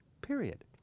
period